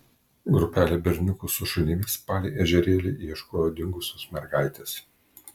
grupelė berniukų su šunimis palei ežerėlį ieškojo dingusios mergaitės